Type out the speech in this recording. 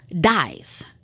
dies